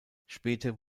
später